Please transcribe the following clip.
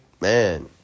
Man